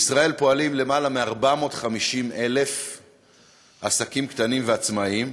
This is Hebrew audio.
בישראל פועלים למעלה מ-450,000 עסקים קטנים ועצמאיים,